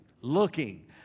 looking